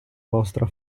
vostra